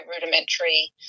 rudimentary